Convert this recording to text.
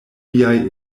viaj